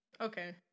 Okay